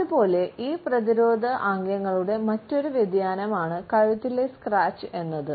അതുപോലെ ഈ പ്രതിരോധ ആംഗ്യങ്ങളുടെ മറ്റൊരു വ്യതിയാനമാണ് കഴുത്തിലെ സ്ക്രാച്ച് എന്നത്